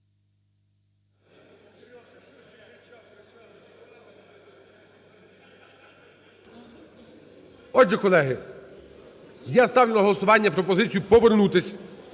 Отже, колеги, я ставлю на голосування пропозицію повернутись